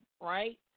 right